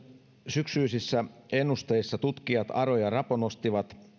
syksyisissä ennusteissa tutkijat aro ja rapo nostivat